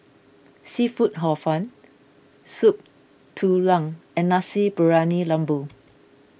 Seafood Hor Fun Soup Tulang and Nasi Briyani Lembu